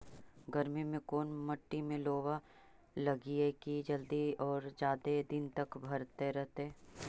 गर्मी में कोन मट्टी में लोबा लगियै कि जल्दी और जादे दिन तक भरतै रहतै?